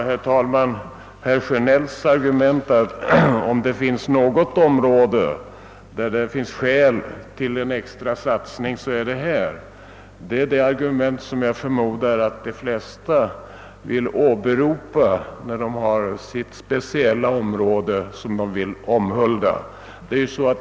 Herr talman! Herr Sjönells argument att detta om något är ett område där det finns skäl till en extra satsning är det argument, som jag förmodar att de flesta vill åberopa för det område som de speciellt önskar omhulda.